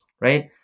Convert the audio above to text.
Right